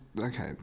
Okay